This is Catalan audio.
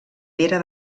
pere